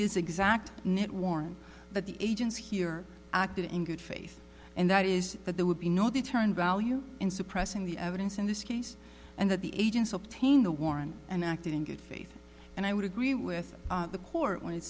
this exact net warn that the agents here acted in good faith and that is that there would be no they turned value in suppressing the evidence in this case and that the agents obtain the warrant and acted in good faith and i would agree with the court when it